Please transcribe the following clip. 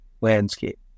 landscape